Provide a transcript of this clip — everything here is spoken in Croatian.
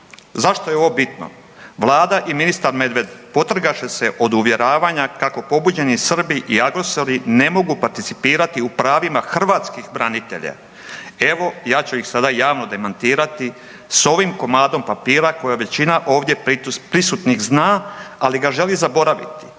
zašto je ovo bitno? Vlada i ministar Medved potrgaše se od uvjeravanja kako pobuđeni Srbi i agresori ne mogu participirati u pravima hrvatskih branitelja, evo ja ću ih sada javno demantirati s ovim komadom papira, koji većina prisutnih ovdje zna, ali ga želi zaboraviti.